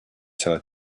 seller